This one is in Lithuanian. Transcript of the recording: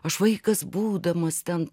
aš vaikas būdamas ten